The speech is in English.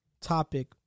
topic